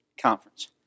conference